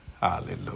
Hallelujah